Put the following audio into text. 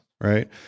right